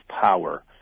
power